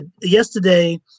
yesterday